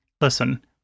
Listen